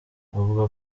avuga